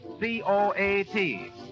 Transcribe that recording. C-O-A-T